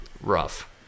Rough